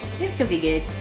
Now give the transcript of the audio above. still be good.